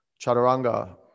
Chaturanga